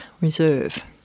Reserve